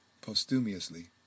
posthumously